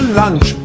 lunch